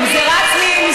זה רץ ממשרד למשרד.